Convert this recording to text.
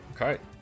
Okay